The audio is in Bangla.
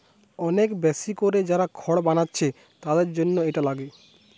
অনেক বেশি কোরে যারা খড় বানাচ্ছে তাদের জন্যে এটা লাগে